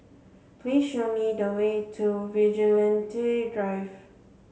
please show me the way to Vigilante Drive